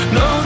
no